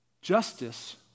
justice